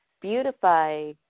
beautify